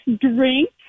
drink